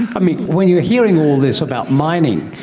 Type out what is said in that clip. i mean, when you are hearing all this about mining,